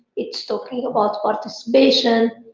it is talking about participation.